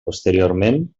posteriorment